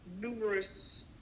numerous